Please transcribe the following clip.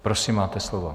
Prosím máte slovo.